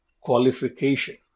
qualification